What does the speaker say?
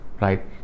Right